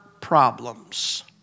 problems